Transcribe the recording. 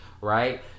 right